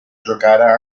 giocare